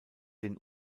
den